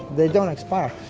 they don't expire.